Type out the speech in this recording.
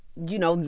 you know,